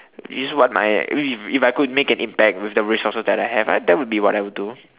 this is what my if if I could make an impact with the resources that I have that would be what I would do